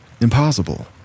Impossible